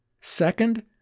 Second